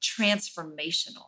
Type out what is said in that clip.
transformational